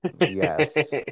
Yes